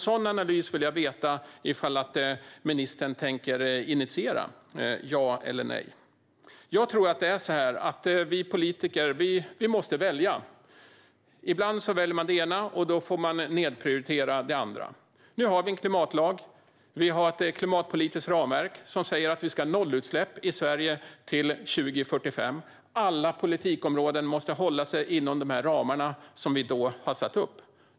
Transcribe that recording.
Jag vill veta om ministern tänker initiera någon sådan analys - ja eller nej? Jag tror att vi politiker måste välja. Ibland väljer man det ena, och då får man nedprioritera det andra. Nu har vi en klimatlag och ett klimatpolitiskt ramverk som säger att vi ska ha nollutsläpp i Sverige till 2045. Alla politikområden måste hålla sig inom de ramar vi har satt upp.